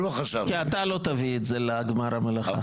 כי אתה לא תביא את זה לעד גמר המלאכה.